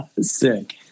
Sick